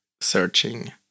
searching